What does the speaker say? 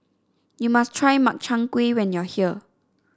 you must try Makchang Gui when you are here